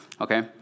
Okay